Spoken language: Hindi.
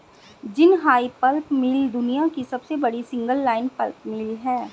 जिनहाई पल्प मिल दुनिया की सबसे बड़ी सिंगल लाइन पल्प मिल है